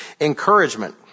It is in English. Encouragement